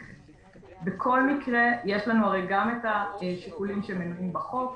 בכל מקרה, יש לנו גם את השינויים שמנויים בחוק,